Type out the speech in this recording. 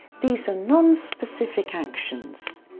these are non-specific actions.